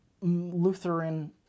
Lutheran